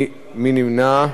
מי נמנע?